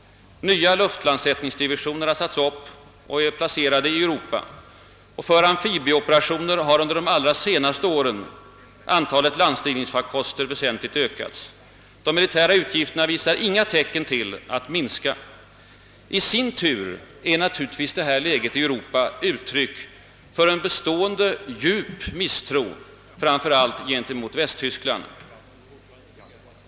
Nya luftlandsättningsdivisioner har satts upp och är placerade i Europa. För amfibieoperationer har under de allra senaste åren antalet landstigningsfarkoster ökats. De militära utgifterna visar inga tecken till minskning. I sin tur är naturligtvis detta läge i Europa ett uttryck för en bestående djup misstro framför allt gentemot Västtyskland.